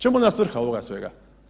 Čemu onda svrha ovoga svega?